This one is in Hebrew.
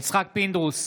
יצחק פינדרוס,